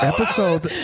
Episode